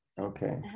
Okay